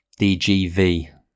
DGV